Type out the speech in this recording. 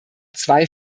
zwei